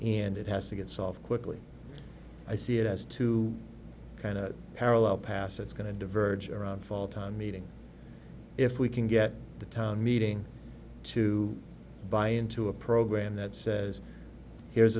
and it has to get solved quickly i see it as two kind of parallel pass it's going to diverge around fault on meeting if we can get the town meeting to buy into a program that says here's